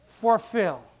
fulfill